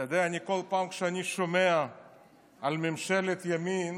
את יודע, בכל פעם שאני שומע על ממשלת ימין